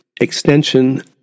extension